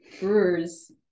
brewers